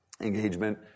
engagement